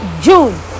june